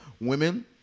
women